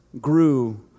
grew